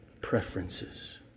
preferences